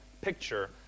picture